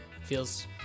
feels